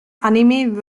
anime